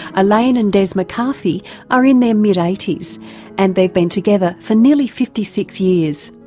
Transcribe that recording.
elaine and des mccarthy are in their mid eighty s and they've been together for nearly fifty six years.